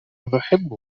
نحب